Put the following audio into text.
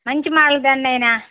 మంచి మాడల్ తెండి నాయినా